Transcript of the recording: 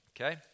Okay